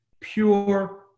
pure